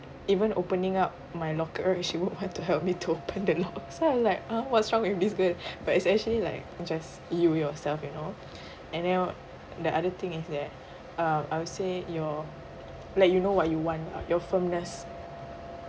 even opening up my locker she would want to help me to open the lock so I was like ah what's wrong with this girl but it's actually like just you yourself you know and then the other thing is that uh I would say your like you know what you want your firmness